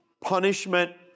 punishment